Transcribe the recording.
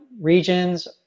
regions